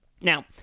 now